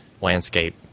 landscape